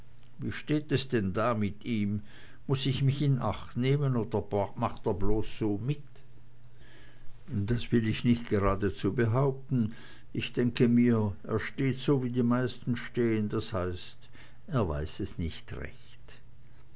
wie steht es denn da mit ihm muß ich mich in acht nehmen oder macht er bloß so mit das will ich nicht geradezu behaupten ich denke mir er steht so wie die meisten stehn das heißt er weiß es nicht recht